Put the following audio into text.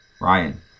Ryan